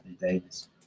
Davis